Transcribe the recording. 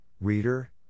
reader